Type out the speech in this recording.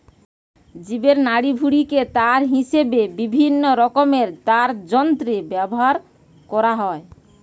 জীবের নাড়িভুঁড়িকে তার হিসাবে বিভিন্নরকমের তারযন্ত্রে ব্যাভার কোরা হয়